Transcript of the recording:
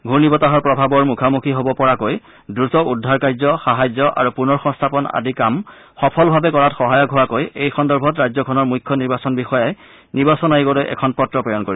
ঘূৰ্ণি বতাহৰ প্ৰভাৱৰ মুখামুখি হবপৰাকৈ দ্ৰত উদ্ধাৰ কাৰ্য সাহায্য আৰু পুনৰ সংস্থাপন আদি কাম সফলভাৱে কৰাত সহায়ক হোৱাকৈ এই সন্দৰ্ভত ৰাজ্যখনৰ মুখ্য নিৰ্বাচন বিষয়াই নিৰ্বাচন আয়োগলৈ এখন পত্ৰ প্ৰেৰণ কৰে